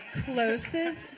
closest